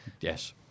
yes